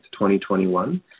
2021